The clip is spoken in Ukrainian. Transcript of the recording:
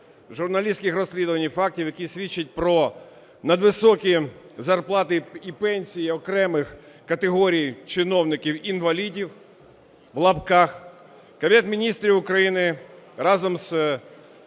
журналістських розслідувань фактів, які свідчать про надвисокі зарплати і пенсії окремих категорій чиновників- "інвалідів" (в лапках), Кабінет Міністрів України разом з